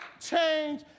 change